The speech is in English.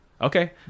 okay